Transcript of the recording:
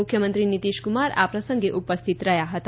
મુખ્યમંત્રી નીષિશકુમાર આ પ્રસંગે ઉપસ્થિત રહ્યા હતા